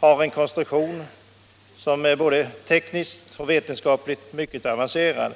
har en konstruktion som är både tekniskt och veten = rörande televerkets skapligt mycket avancerad.